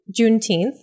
Juneteenth